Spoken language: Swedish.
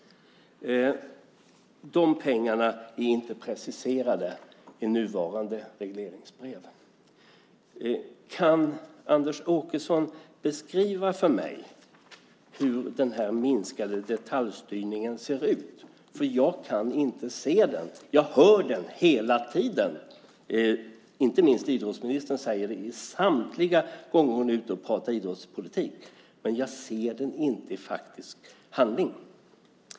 De pengarna är inte preciserade i nuvarande regleringsbrev. Kan Anders Åkesson beskriva för mig hur den minskade detaljstyrningen ser ut? För jag kan inte se den. Jag hör om den hela tiden. Inte minst idrottsministern nämner den samtliga gånger hon är ute och pratar idrottspolitik. Men jag ser den inte i faktisk handling.